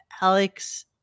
Alex